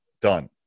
Done